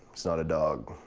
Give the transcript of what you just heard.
it's not a dog.